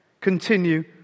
continue